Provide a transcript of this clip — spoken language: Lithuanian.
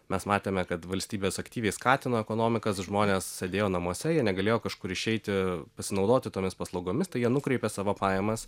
mes matėme kad valstybės aktyviai skatino ekonomikas žmonės sėdėjo namuose jie negalėjo kažkur išeiti pasinaudoti tomis paslaugomis tai jie nukreipė savo pajamas